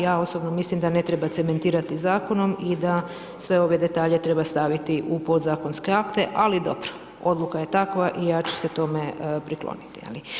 Ja osobno mislim da ne treba cementirati zakonom i da sve ove detalje treba staviti u podzakonske akte, ali dobro, odluka je takva i ja ću se tome prikloniti.